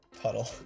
puddle